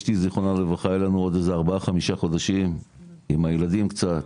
אשתי זיכרונה לברכה היה לנו עוד איזה ארבעה חמישה חודשים עם הילדים קצת